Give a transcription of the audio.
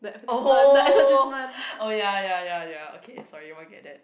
oh oh ya ya ya ya okay sorry you won't get that